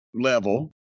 level